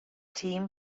team